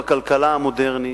בכלכלה המודרנית.